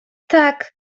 tak